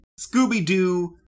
Scooby-Doo